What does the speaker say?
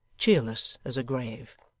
cheerless, as a grave.